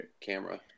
camera